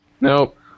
Nope